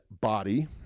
Body